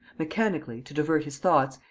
mechanically, to divert his thoughts,